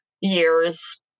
years